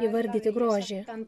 įvardyti grožį